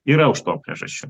yra už to priežasčių